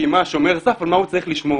כי שומר סף על מה הוא צריך לשמור?